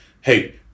hey